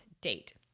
date